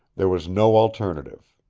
there was no alternative.